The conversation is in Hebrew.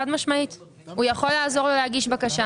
חד משמעית, הוא יכול לעזור לו להגיש בקשה.